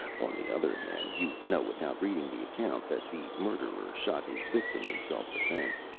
on the other hand, you know without reading the account that the murderer shot his victim in self-defence,